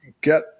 get